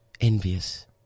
envious